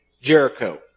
Jericho